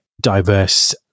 diverse